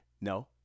No